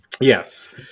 Yes